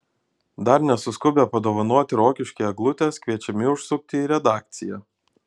dar nesuskubę padovanoti rokiškiui eglutės kviečiami užsukti į redakciją